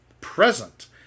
present